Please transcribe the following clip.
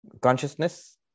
Consciousness